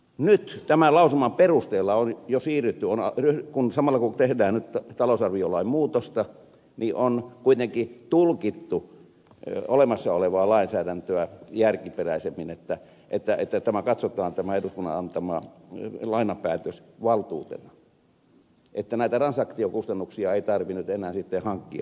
nyt tämän lausuman perusteella samalla kun tehdään talousarviolain muutosta on kuitenkin tulkittu olemassa olevaa lainsäädäntöä järkiperäisemmin että tämä eduskunnan antama lainapäätös katsotaan valtuutena ja näitä transaktiokustannuksia ei tarvitse enää hankkia